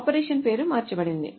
operation పేరు మార్చబడింది